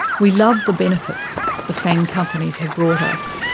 we love the benefits the fang companies have brought us,